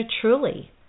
truly